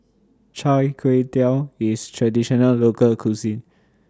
Chai Tow Kuay IS A Traditional Local Cuisine